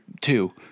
two